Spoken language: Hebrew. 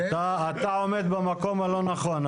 אתה עומד במקום הלא נכון,